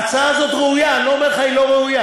ההצעה הזאת ראויה, אני לא אומר לך שהיא לא ראויה.